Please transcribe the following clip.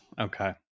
Okay